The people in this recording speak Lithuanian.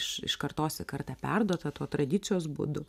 iš iš kartos į kartą perduota tuo tradicijos būdu